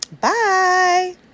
Bye